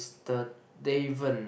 the Daven